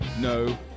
No